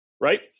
Right